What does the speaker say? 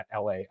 LA